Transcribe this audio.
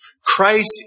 Christ